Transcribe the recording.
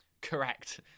Correct